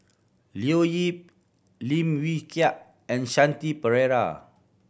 Leo Yip Lim Wee Kiak and Shanti Pereira